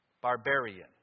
barbarian